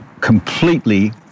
completely